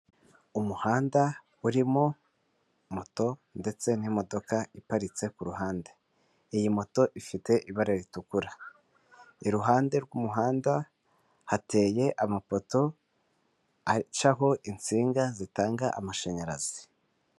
Umuhanda urimo moto ndetse n'imodoka iparitse kuruhande, iyi moto ifite ibara ritukura, iruhande rw'umuhanda hateye amapoto acaho insinga zitanga amashanyarazi.